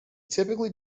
typically